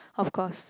of course